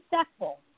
successful